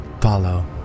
Follow